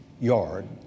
yard